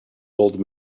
old